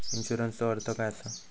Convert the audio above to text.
इन्शुरन्सचो अर्थ काय असा?